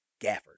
Gafford